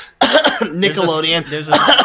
Nickelodeon